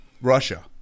Russia